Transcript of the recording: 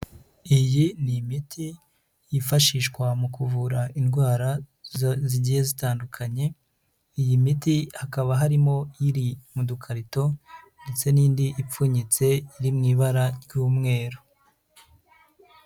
Iyi ni imiti yifashishwa mu kuvura indwara zigiye zitandukanye, iyi miti hakaba harimo iri mu dukarito ndetse n'indi ipfunyitse iri mu ibara ry'umweru.